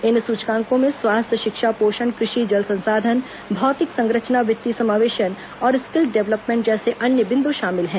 इन सूचकांकों में स्वास्थ्य शिक्षा पोषण कृषि जल संसाधन भौतिक संरचना वित्तीय समावेशन और स्किल डेवलपमेंट जैसे अन्य बिन्दु शामिल हैं